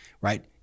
Right